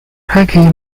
hackney